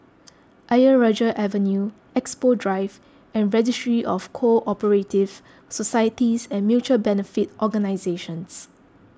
Ayer Rajah Avenue Expo Drive and Registry of Co Operative Societies and Mutual Benefit Organisations